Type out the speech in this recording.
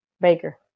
Baker